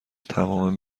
تمام